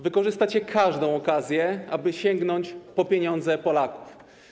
Wykorzystacie każdą okazję, aby sięgnąć po pieniądze Polaków.